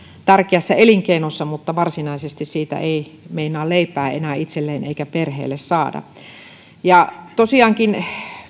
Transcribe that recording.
tärkeässä elinkeinossa mutta varsinaisesti siitä ei meinaa leipää enää itselleen eikä perheelleen saada tosiaankin